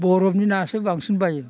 बरफनि नासो बांसिन बायो